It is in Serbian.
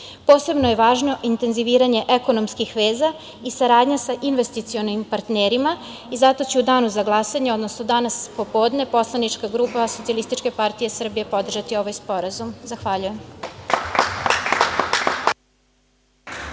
je važno intenziviranje ekonomskih veza i saradnja sa investicionim partnerima i zato ću u Danu za glasanje, odnosno danas popodne, poslanička grupa SPS podržati ovaj sporazum. Zahvaljujem.